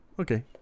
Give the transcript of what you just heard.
Okay